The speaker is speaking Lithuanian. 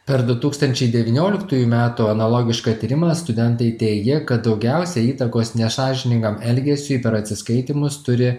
per du tūkstančiai devynioliktųjų metų analogišką tyrimą studentai teigia kad daugiausiai įtakos nesąžiningam elgesiui per atsiskaitymus turi